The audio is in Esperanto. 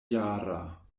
jara